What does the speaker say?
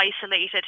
isolated